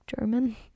German